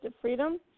freedom